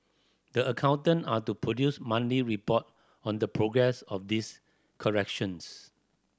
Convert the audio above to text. the accountant are to produce report on the progress of these corrections